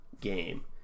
game